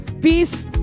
Peace